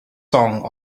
song